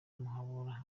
muhabura